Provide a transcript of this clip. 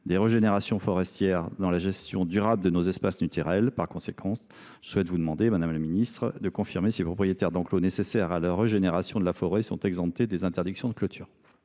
des régénérations forestières » dans la gestion durable de nos espaces naturels. Par conséquent, madame la ministre, je souhaite vous demander de confirmer si les propriétaires d’enclos nécessaires à la régénération de la forêt sont exemptés des interdictions de clôture.